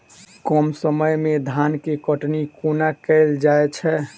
कम समय मे धान केँ कटनी कोना कैल जाय छै?